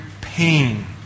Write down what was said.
pain